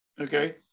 Okay